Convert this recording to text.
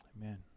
Amen